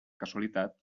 casualitat